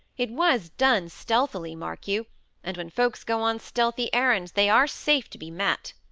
it was done stealthily, mark you and when folks go on stealthy errands they are safe to be met.